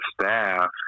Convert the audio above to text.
staff